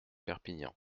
perpignan